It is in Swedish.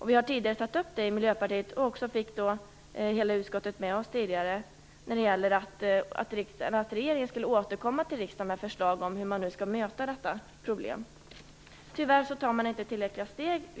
Vi har tidigare tagit upp detta i Miljöpartiet och fick då hela utskottet med oss när det gällde att regeringen skulle återkomma till riksdagen med förslag om hur man skall möta detta problem. Tyvärr går man inte framåt tillräckligt.